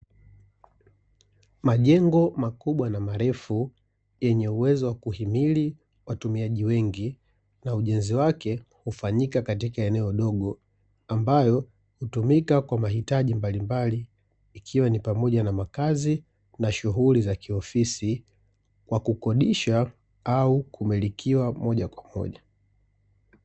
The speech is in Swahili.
Majengo makubwa na marefu, yenye uwezo wa kuhimili watumiaji wengi, na ujenzi wake hufanyika katika eneo dogo. Ambayo hutumika kwa mahitaji mbalimbali ikiwa ni pamoja na makazi, na shughuli za kiofisi, kwa kukodisha au kumilikiwa moja kwa moja.